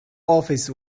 office